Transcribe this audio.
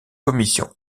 commissions